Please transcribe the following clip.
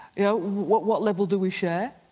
you know what what level do we share?